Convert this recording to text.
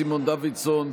סימון דוידסון,